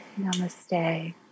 Namaste